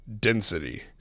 density